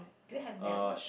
do you have that word